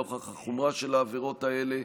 נוכח החומרה של העבירות האלה,